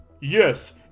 yes